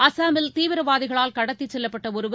அஸ்ஸாமில் தீவிரவாதிகளால் கடத்திச் செல்லப்பட்ட ஒருவர்